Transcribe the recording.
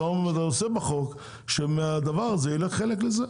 אתה עושה בחוק שמהדבר הזה ילך חלק לזה,